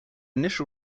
initial